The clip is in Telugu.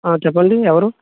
హలో ఆ చెప్పండి ఎవరు